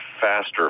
faster